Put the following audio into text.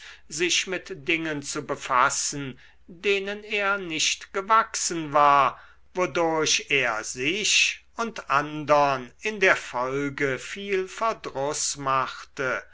sich mit dingen zu befassen denen er nicht gewachsen war wodurch er sich und andern in der folge viel verdruß machte